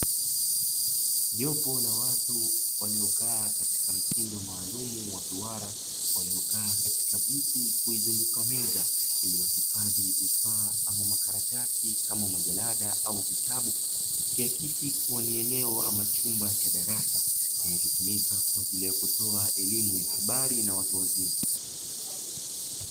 Jopo la watu waliokaa katika mtindo maalumu wa duara, waliokaa katika viti kuizunguka meza iliyohifadhi vifaa kama makaratasi au majalada ama vitabu, vikiakisi kama ni eneo ama chumba cha darasa kinachotumika kwa ajili ya kutoa elimu ya habari na watu wazima.